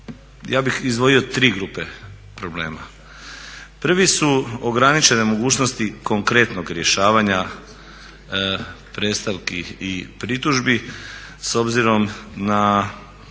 Ja bih izdvojio tri grupe problema. Prvi su ograničene mogućnosti konkretnog rješavanja predstavki i pritužbi s obzirom na